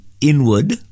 inward